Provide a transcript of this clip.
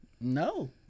No